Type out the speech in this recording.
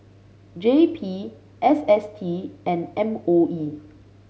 J P S S T and M O E